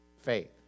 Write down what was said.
faith